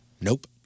Nope